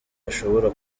ashobora